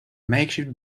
makeshift